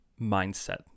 mindset